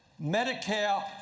Medicare